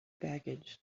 baggage